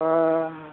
बा